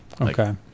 Okay